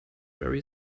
very